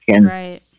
Right